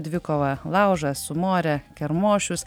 dvikova laužas su more kermošius